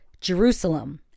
jerusalem